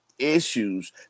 issues